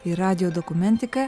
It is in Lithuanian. ir radijo dokumentika